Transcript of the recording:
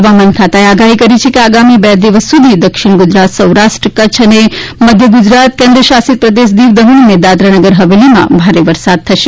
હવામાન ખાતાએ આગાહી કરી છે કે આગામી બે દિવસ સુધી દક્ષિણ ગુજરાત સૌરાષ્ટ્ર કચ્છ મધ્ય ગુજરાત કેન્દ્રશાસિત પ્રદેશ દીવ દમણ અને દાદરાનગર હવેલીમાં ભારે વરસાદ થશે